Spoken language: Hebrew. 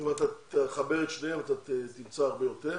אם תחבר את שתיהן זה יהיה הרבה יותר,